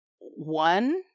one